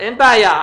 אין בעיה.